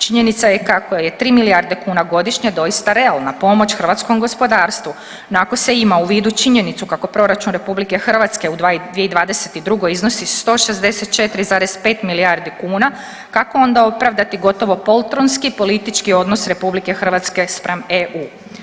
Činjenica je kako je 3 milijarde kuna godišnje doista realna pomoć hrvatskom gospodarstvu, no, ako se ima u vidu činjenicu kako proračun RH u 2022. iznosi 164,5 milijardi kuna, kako onda opravdati gotovo poltronski politički odnos RH spram EU.